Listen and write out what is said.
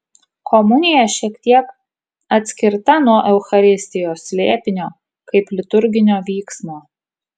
komunija šiek tiek atskirta nuo eucharistijos slėpinio kaip liturginio vyksmo